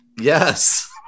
Yes